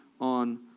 on